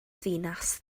ddinas